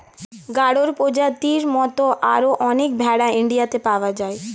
গাড়ল প্রজাতির মত আরো অনেক ভেড়া ইন্ডিয়াতে পাওয়া যায়